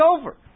over